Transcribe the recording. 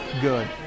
good